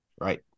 Right